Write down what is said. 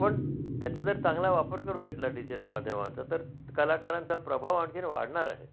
पण त्याचा जर चांगला वापर करून घेतला डिजिटल माध्यमांचा तर कलाकारांचा प्रभाव आणखीन वाढणार आहे